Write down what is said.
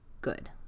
good